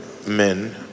Men